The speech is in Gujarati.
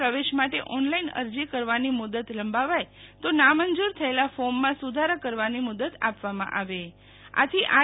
પ્રવેશ માટે ઓનલાઇનઅરજી કરવાની મુદત લંબાવાય તો નામંજૂર થયેલા ફોર્મમાં સુધારા કરવાની મુદત આપવામાંઆવે આથી આર